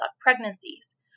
pregnancies